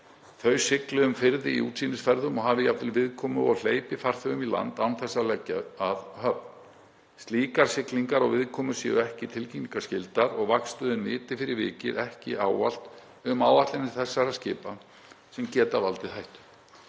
þau sigli um firði í útsýnisferðum og hafi jafnvel viðkomu og hleypi farþegum í land án þess að leggja að höfn. Slíkar siglingar og viðkomur séu ekki tilkynningarskyldar og vaktstöðin viti fyrir vikið ekki ávallt um áætlanir þessara skipa, sem geti valdið hættu.